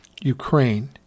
Ukraine